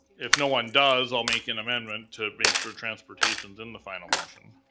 if no one does, i'll make an amendment to make sure transportation's in the final motion.